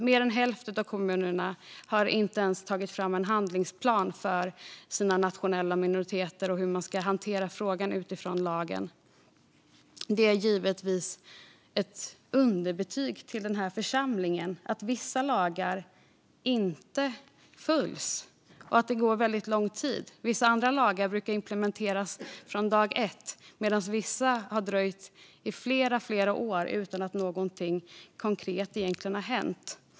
Mer än hälften av kommunerna har inte ens tagit fram en handlingsplan för sina nationella minoriteter och för hur man ska hantera frågan utifrån lagen. Det är givetvis ett underbetyg till den här församlingen att vissa lagar inte följs och att det tar lång tid. Vissa lagar brukar implementeras från dag ett, medan det för vissa har dröjt flera år och utan att något konkret egentligen har hänt.